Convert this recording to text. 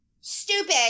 Stupid